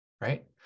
right